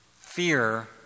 Fear